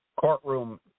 courtroom